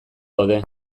daude